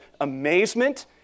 amazement